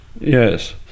Yes